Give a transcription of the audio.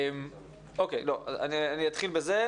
אני אתחיל בזה.